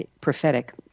prophetic